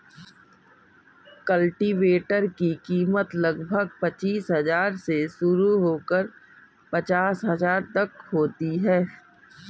cultivator की कीमत लगभग पचीस हजार से शुरू होकर पचास हजार तक होती है